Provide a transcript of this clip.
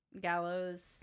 Gallows